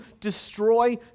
destroy